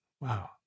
Wow